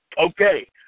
Okay